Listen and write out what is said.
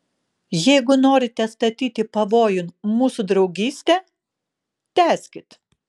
jeigu norite statyti pavojun mūsų draugystę tęskit